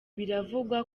biravugwa